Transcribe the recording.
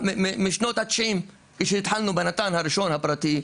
בשנות ה-90 התחלנו עם הנט"ן הפרטי הראשון,